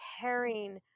caring